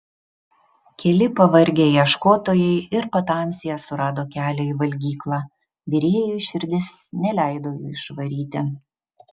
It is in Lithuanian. keli pavargę ieškotojai ir patamsyje surado kelią į valgyklą virėjui širdis neleido jų išvaryti